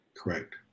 Correct